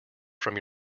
from